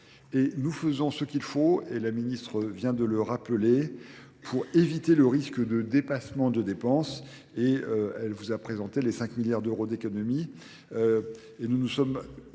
Nous faisons ce qu'il faut, et la ministre vient de le rappeler, pour éviter le risque de dépassement de dépenses. Elle vous a présenté les 5 milliards d'euros d'économies. Nous nous sommes